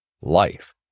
life